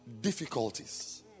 difficulties